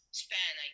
span